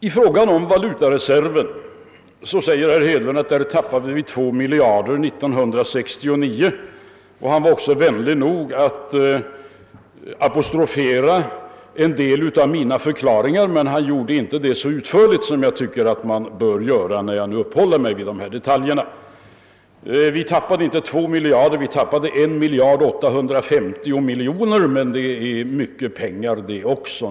I fråga om valutareserven sade herr Hedlund att vi tappat 2 miljarder kronor under 1969, och han var också vänlig nog att apostrofera vissa av mina förklaringar, men han gjorde det inte så utförligt som jag tycker man bör göra när man uppehåller sig vid de här detaljerna. Vi förlorade emellertid inte 2 000 miljoner utan 1850 miljoner, men det är naturligtvis mycket pengar det också.